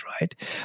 right